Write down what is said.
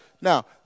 Now